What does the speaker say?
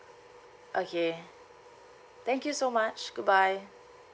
okay thank you so much good bye